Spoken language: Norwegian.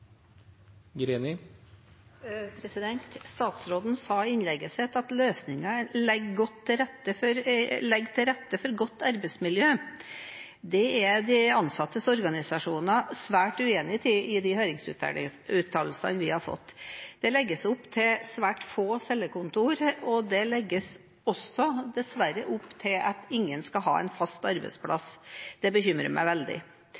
de ansattes organisasjoner svært uenig i ifølge de høringsuttalelsene vi har fått. Det legges opp til svært få cellekontor, og det legges dessverre også opp til at ingen skal ha en fast arbeidsplass. Det bekymrer meg veldig.